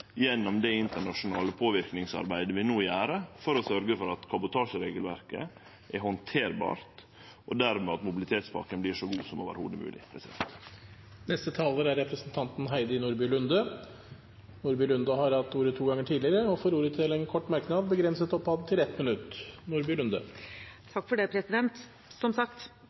internasjonale påverknadsarbeidet vi no gjer for å sørgje for at kabotasjeregelverket er handterbart, og dermed at mobilitetspakken vert så god som det i det heile er mogleg. Representanten Heidi Nordby Lunde har hatt ordet to ganger tidligere og får ordet til en kort merknad, begrenset til 1 minutt. Som sagt, NATO er hjørnesteinen i norsk sikkerhetspolitikk, og EU skal verken erstatte eller svekke det.